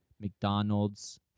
McDonald's